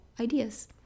ideas